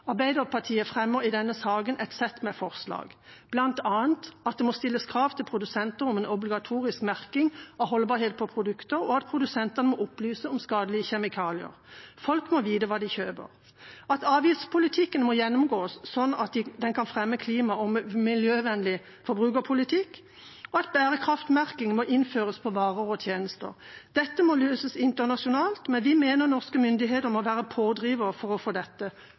Arbeiderpartiet fremmer i denne saken et sett med forslag, bl.a. at det må stilles krav til produsenter om en obligatorisk merking av holdbarhet på produkter, og at produsentene må opplyse om skadelige kjemikalier. Folk må vite hva de kjøper. Avgiftspolitikken må gjennomgås, slik at den kan fremme klima- og miljøvennlig forbrukerpolitikk. Bærekraftsmerking må innføres på varer og tjenester. Dette må løses internasjonalt, men vi mener norske myndigheter må være en pådriver for å få dette